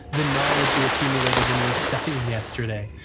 the knowledge you accumulated when you were studying yesterday,